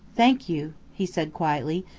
thank you! he said quietly,